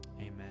Amen